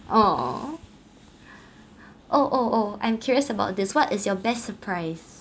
oh oh oh oh I'm curious about this what is your best surprise